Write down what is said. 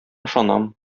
ышанам